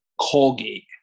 Colgate